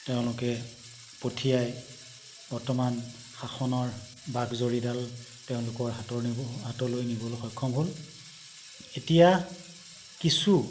তেওঁলোকে পঠিয়াই বৰ্তমান শাসনৰ বাক জৰীডাল তেওঁলোকৰ হাতৰ নিব হাতলৈ নিবলৈ সক্ষম হ'ল এতিয়া কিছু